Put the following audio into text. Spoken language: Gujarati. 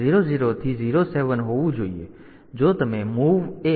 00 થી 07 હોવું જોઈએ